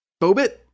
Bobit